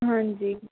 ਹਾਂਜੀ